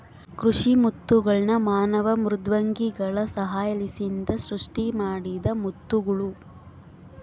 ಕೃಷಿ ಮುತ್ತುಗಳ್ನ ಮಾನವ ಮೃದ್ವಂಗಿಗಳ ಸಹಾಯಲಿಸಿಂದ ಸೃಷ್ಟಿಮಾಡಿದ ಮುತ್ತುಗುಳು